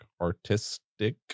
artistic